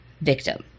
victim